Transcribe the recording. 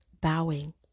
bowing